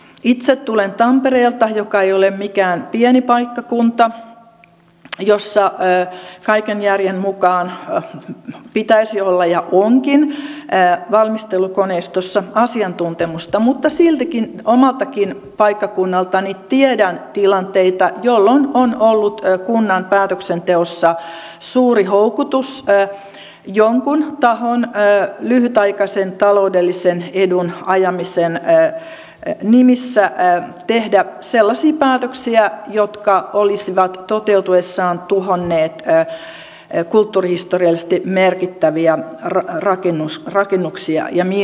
itse tulen tampereelta joka ei ole mikään pieni paikkakunta ja jossa kaiken järjen mukaan pitäisi olla ja onkin valmistelukoneistossa asiantuntemusta mutta siltikin omaltakin paikkakunnaltani tiedän tilanteita jolloin on ollut kunnan päätöksenteossa suuri houkutus jonkun tahon lyhytaikaisen taloudellisen edun ajamisen nimissä tehdä sellaisia päätöksiä jotka olisivat toteutuessaan tuhonneet kulttuurihistoriallisesti merkittäviä rakennuksia ja miljöitä